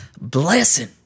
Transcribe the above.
blessing